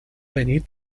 venir